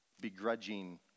begrudging